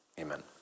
amen